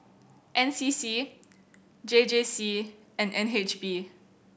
N C C J J C and N H B